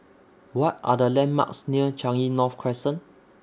What Are The landmarks near Changi North Crescent